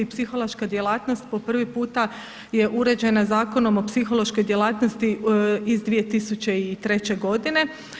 Psihološka djelatnost po prvi puta je uređena Zakonom o psihološkoj djelatnosti iz 2003. godine.